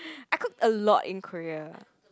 I cooked a lot in Korea